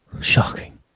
shocking